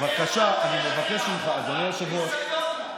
בבקשה, אני מבקש ממך, אדוני היושב-ראש.